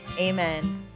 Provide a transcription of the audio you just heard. Amen